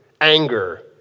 anger